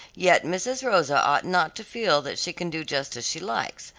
yet mrs. rosa ought not to feel that she can do just as she likes,